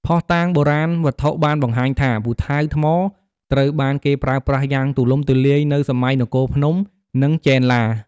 ភស្តុតាងបុរាណវត្ថុបានបង្ហាញថា ពូថៅថ្មត្រូវបានគេប្រើប្រាស់យ៉ាងទូលំទូលាយនៅសម័យនគរភ្នំ និងចេនឡា។